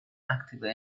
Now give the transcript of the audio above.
actively